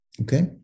okay